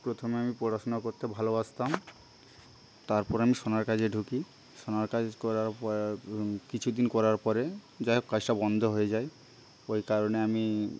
প্রথমে আমি পড়াশোনা করতে ভালোবাসতাম তারপর আমি সোনার কাজে ঢুকি সোনার কাজ করার পর কিছুদিন করার পরে যাইহোক কাজটা বন্ধ হয়ে যায় ওই কারণে আমি